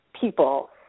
people